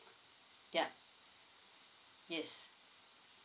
ya yes